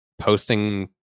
Posting